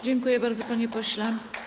Dziękuję bardzo, panie pośle.